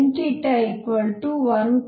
n 1 2